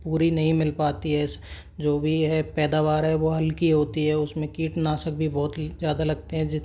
पूरी नहीं मिल पाती है जो भी है पैदावार है वो हल्की होती है उसमें कीटनाशक भी बहुत ज़्यादा लगते हैं